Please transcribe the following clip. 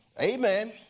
Amen